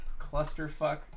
clusterfuck